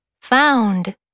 found